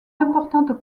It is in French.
importantes